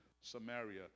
Samaria